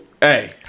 Hey